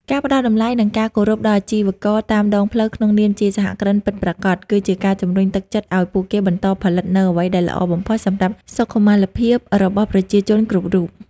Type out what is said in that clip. ការផ្ដល់តម្លៃ និងការគោរពដល់អាជីវករតាមដងផ្លូវក្នុងនាមជាសហគ្រិនពិតប្រាកដ គឺជាការជម្រុញទឹកចិត្តឱ្យពួកគេបន្តផលិតនូវអ្វីដែលល្អបំផុតសម្រាប់សុខុមាលភាពរបស់ប្រជាជនគ្រប់រូប។